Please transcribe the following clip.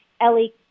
Ellie